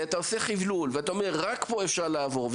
ונאמר שרק פה אפשר לעבור,